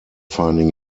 finding